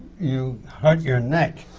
you hurt your neck.